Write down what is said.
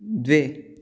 द्वे